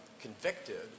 convicted